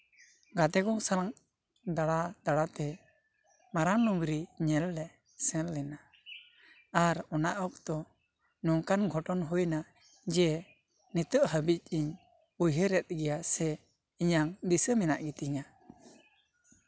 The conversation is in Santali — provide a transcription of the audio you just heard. ᱜᱟᱛᱮ ᱠᱚ ᱥᱟᱶ ᱫᱟᱬᱟ ᱫᱟᱬᱟᱛᱮ ᱢᱟᱨᱟᱝ ᱰᱩᱝᱨᱤ ᱧᱮᱞ ᱞᱮ ᱥᱮᱱ ᱞᱮᱱᱟ ᱟᱨ ᱚᱱᱟ ᱚᱠᱛᱚ ᱱᱚᱝᱠᱟᱱ ᱜᱷᱚᱴᱚᱱ ᱦᱩᱭ ᱱᱟ ᱡᱮ ᱱᱤᱛᱚᱜ ᱦᱟᱹᱵᱤᱡ ᱤᱧ ᱩᱭᱦᱟᱹᱨ ᱮᱜ ᱜᱮᱭᱟ ᱥᱮ ᱤᱧᱟᱹᱜ ᱫᱤᱥᱟᱹ ᱢᱮᱱᱟᱜ ᱜᱮᱛᱤᱧᱟ